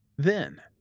then,